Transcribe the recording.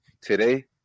today